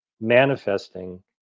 manifesting